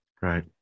Right